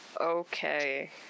Okay